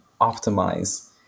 optimize